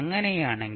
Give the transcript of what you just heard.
അങ്ങനെയാണെങ്കിൽ